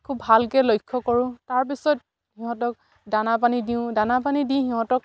খুব ভালকে লক্ষ্য কৰোঁ তাৰপিছত সিহঁতক দানা পানী দিওঁ দানা পানী দি সিহঁতক